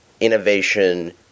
innovation